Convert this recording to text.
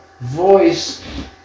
voice